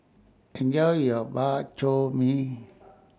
Enjoy your Bak Chor Mee